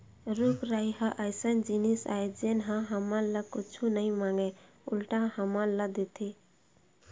रूख राई ह अइसन जिनिस आय जेन ह हमर ले कुछु नइ मांगय उल्टा हमन ल देथे